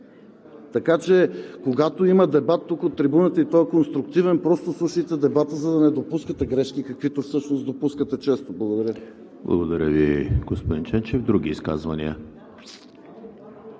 Така че, когато има дебат от трибуната и той е конструктивен, просто слушайте дебата, за да не допускате грешки, каквито допускате често. Благодаря. ПРЕДСЕДАТЕЛ ЕМИЛ ХРИСТОВ: Благодаря Ви, господин Ченчев. Други изказвания?